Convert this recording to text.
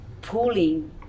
pulling